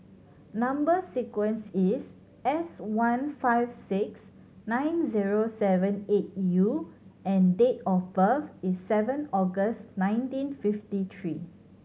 number sequence is S one five six nine zero seven eight U and date of birth is seven August nineteen fifty three